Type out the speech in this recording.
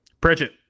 Pritchett